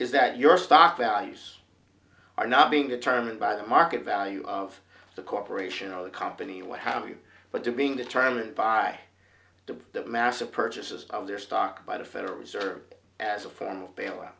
is that your stock values are not being determined by the market value of the corporation or the company what have you but to being determined by the massive purchases of their stock by the federal reserve as a form of bailout